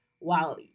Wow